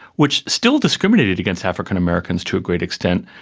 which still discriminated against african-americans to a great extent,